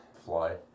fly